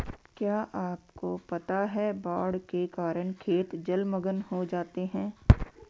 क्या आपको पता है बाढ़ के कारण खेत जलमग्न हो जाते हैं?